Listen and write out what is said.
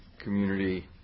Community